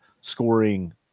scoring